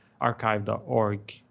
archive.org